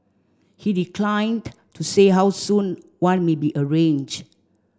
he declined to say how soon one may be arranged